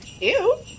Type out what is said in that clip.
Ew